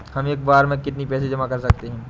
हम एक बार में कितनी पैसे जमा कर सकते हैं?